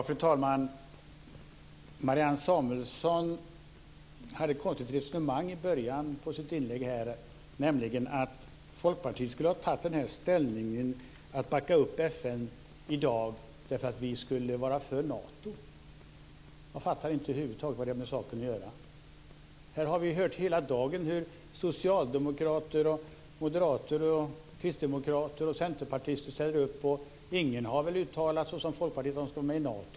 Fru talman! Marianne Samuelsson hade ett konstigt resonemang i början av sitt inlägg, om att Folkpartiet skulle ha tagit ställning i dag för att backa upp FN därför att vi skulle vara för Nato. Jag fattar inte över huvud taget vad det har med saken att göra. Här har vi hela dagen hört hur socialdemokrater, moderater, kristdemokrater och centerpartister ställer upp. Ingen har väl uttalat som Folkpartiet att vi ska gå med i Nato.